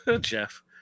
Jeff